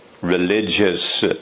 religious